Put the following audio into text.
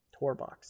Tourbox